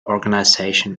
organization